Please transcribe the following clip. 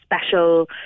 special